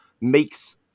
makes